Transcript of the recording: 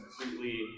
completely